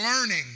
learning